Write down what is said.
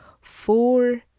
Four